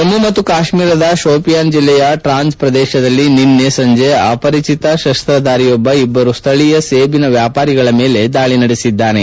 ಜಮ್ಮು ಮತ್ತು ಕಾಶ್ಮೀರದ ಶೋಪಿಯಾನ್ ಜಿಲ್ಲೆಯ ಟ್ರಾಂಜ್ ಪ್ರದೇಶದಲ್ಲಿ ನಿನ್ನೆ ಸಂಜೆ ಅಪರಿಚತ ಶಸ್ತ್ರಧಾರಿಯೊಬ್ಬ ಇಬ್ಬರು ಸ್ಥಳೀಯ ಸೇಬಿನ ವ್ಯಾಪಾರಿಗಳ ಮೇಲೆ ದಾಳಿ ನಡೆಸಿದ್ದಾನೆ